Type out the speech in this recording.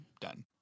done